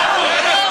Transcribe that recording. הביתה.